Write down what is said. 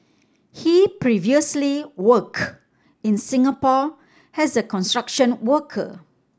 he previously worked in Singapore as a construction worker